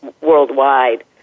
worldwide